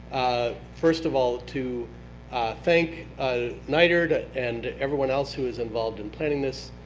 first of all, to thank ah nitrd and everyone else who is involved in planning this,